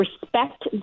respect